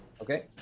okay